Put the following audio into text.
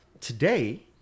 today